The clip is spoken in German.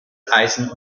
eisen